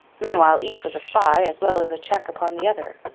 meanwhile each was a spy as well as a check upon the other.